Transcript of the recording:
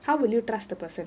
how will you trust the person